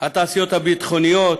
התעשיות הביטחוניות,